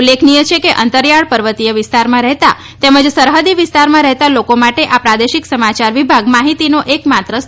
ઉલ્લેખનિય છે કે અંતરીયાળ પર્વતીય વિસ્તારમાં રહેતા તેમજ સરહદી વિસ્તારમાં રહેતા લોકો માટે આ પ્રાદેશિક સમાચાર વિભાગ માહિતીનો એક માત્ર સ્રોત છે